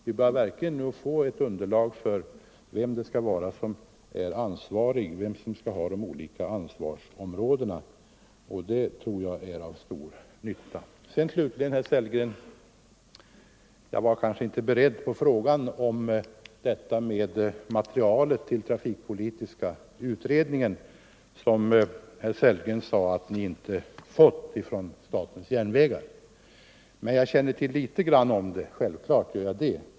Vi börjar nu verkligen få ett underlag för beslut i frågan vem som skall ha de olika ansvarsområdena, och det tycker jag är till stor nytta. Slutligen, herr Sellgren, var jag kanske inte beredd på frågan om materialet till trafikpolitiska utredningen. Herr Sellgren sade att ni inte hade fått det från statens järnvägar. Jag känner till litet om det — självfallet gör jag det!